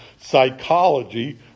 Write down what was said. psychology